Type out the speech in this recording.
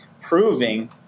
proving